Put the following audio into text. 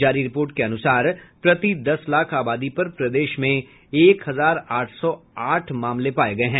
जारी रिपोर्ट के अनुसार प्रति दस लाख आबादी पर प्रदेश में एक हजार आठ सौ आठ मामले पाये गये हैं